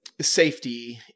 safety